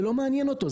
זה לא מעניין אותו,